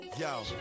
Yo